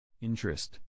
Interest